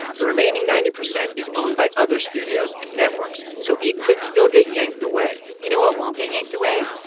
the remaining ninety percent is owned by other studios and networks, so it could still get yanked away you know what won't get yanked away?